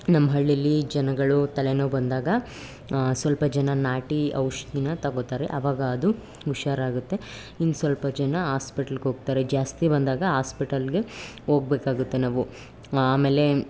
ನಮ್ಮ ಹಳ್ಳಿಲಿ ಜನಗಳು ತಲೆನೋವು ಬಂದಾಗ ಸ್ವಲ್ಪ ಜನ ನಾಟಿ ಔಷಧಿನ ತಗೊಳ್ತಾರೆ ಆವಾಗ ಅದು ಹುಷಾರಾಗುತ್ತೆ ಇನ್ನೂ ಸ್ವಲ್ಪ ಜನ ಆಸ್ಪಿಟಲ್ಗೋಗ್ತಾರೆ ಜಾಸ್ತಿ ಬಂದಾಗ ಆಸ್ಪಿಟಲ್ಗೆ ಹೋಗ್ಬೇಕಾಗುತ್ತೆ ನಾವು ಆಮೇಲೆ